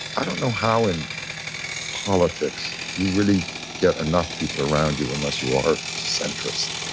i don't know how in politics you really get enough people around you unless you are centrist.